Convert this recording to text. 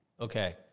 Okay